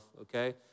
okay